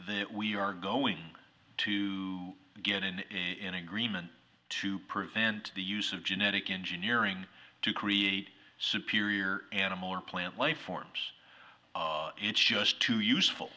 that we are go to get in in agreement to prevent the use of genetic engineering to create superior animal or plant life forms it's just too useful